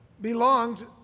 belonged